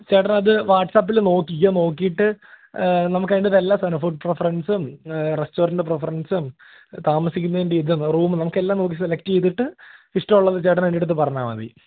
ചേട്ടനത് വാട്സാപ്പില് നോക്കിക്കോളൂ നോക്കിയിട്ട് നമുക്കതിൻ്റെ എല്ലാം തന്നെ ഫുഡ് പ്രെഫറൻസും റെസ്റ്റോറൻറ്റ് പ്രെഫറൻസും താമസിക്കുന്നതിൻ്റെ ഇതും റൂമും നമുക്കെല്ലാം നോക്കി സെലക്ട് ചെയ്തിട്ട് ഇഷ്ടമുള്ളത് ചേട്ടൻ എന്റെയടുത്ത് പറഞ്ഞാല് മതി